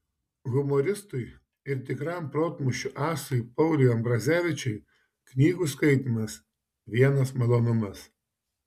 humoristui ir tikram protmūšių asui pauliui ambrazevičiui knygų skaitymas vienas malonumas